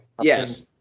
Yes